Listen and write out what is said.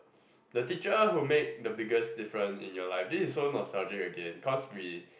the teacher who make the biggest difference in your life this is so nostalgic again cause we